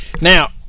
now